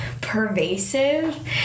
pervasive